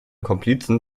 komplizen